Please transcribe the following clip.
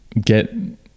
get